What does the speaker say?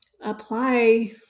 apply